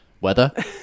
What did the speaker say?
weather